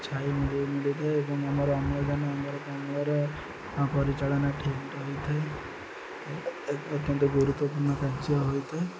ଛାଇ ମିଳି ମିଳିଥାଏ ଏବଂ ଆମର ଅମ୍ଳଜାନ ଅଙ୍ଗାରକାମ୍ଳର ପରିଚାଳନା ଠିକ୍ ରହିଥାଏ ଅତ୍ୟନ୍ତ ଗୁରୁତ୍ୱପୂର୍ଣ୍ଣ କାର୍ଯ୍ୟ ହୋଇଥାଏ